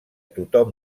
tothom